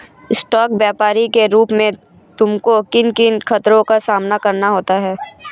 Stock व्यापरी के रूप में तुमको किन किन खतरों का सामना करना होता है?